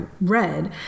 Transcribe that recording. read